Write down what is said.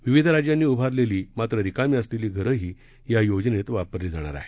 विविध राज्यांनी उभारलेली मात्र रिकामी असलेली घरंही या योजनेत वापरली जाणार आहेत